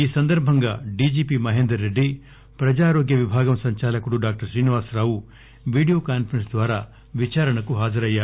ఈ సందర్భంగా డీజీపీ మహేందర్రెడ్డి ప్రజా ఆరోగ్య విభాగం సంచాలకుడు డాక్టర్ శ్రీనివాసరావులు వీడియో కాన్సరెస్ప్ ద్వారా విచారణకు హాజరయ్యారు